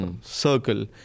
circle